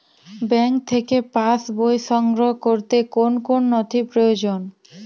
Bank থেকে pass বই সংগ্রহ করতে কোন কোন নথি প্রয়োজন?